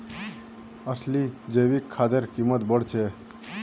असली जैविक खादेर कीमत बढ़ छेक